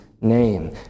name